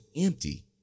empty